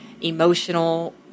emotional